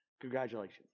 Congratulations